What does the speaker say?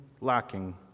lacking